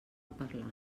parlar